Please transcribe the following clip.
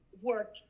work